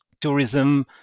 tourism